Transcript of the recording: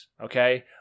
Okay